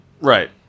Right